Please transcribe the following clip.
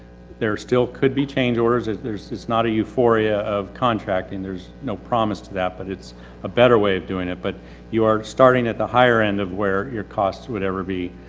there still could be change orders. it's, there's, it's not a euphoria of contracting. there's no promise to that but it's a better way of doing that but you are starting at the higher end of where your cost would ever be.